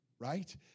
right